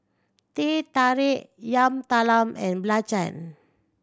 Teh Tarik Yam Talam and belacan